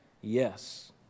Yes